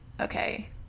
okay